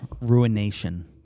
ruination